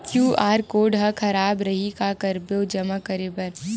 QR code हा खराब रही का करबो जमा बर?